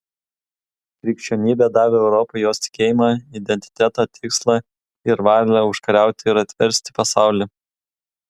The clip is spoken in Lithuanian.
krikščionybė davė europai jos tikėjimą identitetą tikslą ir valią užkariauti ir atversti pasaulį